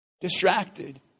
Distracted